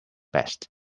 best